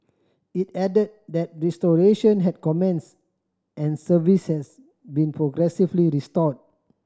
it added that restoration had commenced and service has been progressively restored